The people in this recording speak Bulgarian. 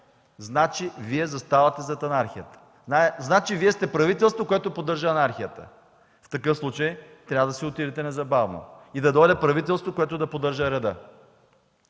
значи Вие заставате зад анархията. Значи Вие сте правителство, което поддържа анархията. В такъв случай трябва да си отидете незабавно и да дойде правителство, което да поддържа реда.